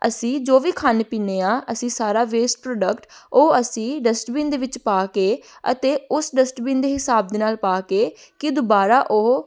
ਅਸੀਂ ਜੋ ਵੀ ਖਾਂਦੇ ਪੀਂਦੇ ਹਾਂ ਅਸੀਂ ਸਾਰਾ ਵੇਸਟ ਪ੍ਰੋਡਕਟ ਉਹ ਅਸੀਂ ਡਸਟਬੀਨ ਦੇ ਵਿੱਚ ਪਾ ਕੇ ਅਤੇ ਉਸ ਡਿਸਟਬਿਨ ਦੇ ਹਿਸਾਬ ਦੇ ਨਾਲ ਪਾ ਕੇ ਕਿ ਦੁਬਾਰਾ ਉਹ